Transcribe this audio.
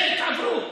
תן לו.